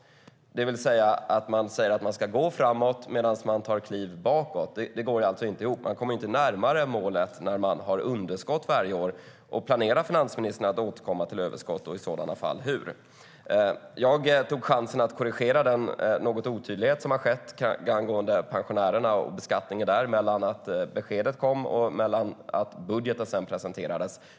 Man säger alltså att man ska gå framåt medan man tar kliv bakåt. Det går inte ihop. Man kommer inte närmare målet när man har underskott varje år. Planerar finansministern att återkomma till överskott och i så fall hur? Jag tog chansen att korrigera den otydlighet som uppstått angående pensionärerna och beskattningen mellan att beskedet kom och att budgeten sedan presenterades.